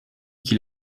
qu’il